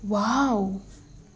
wow